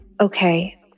okay